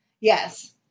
yes